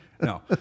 No